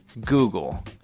Google